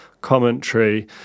commentary